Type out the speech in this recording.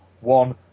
One